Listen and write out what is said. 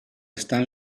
stan